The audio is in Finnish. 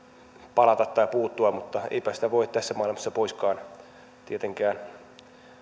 palata tai puuttua mutta eipä sitä voi tässä maailmassa poiskaan tietenkään